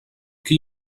qui